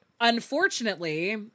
Unfortunately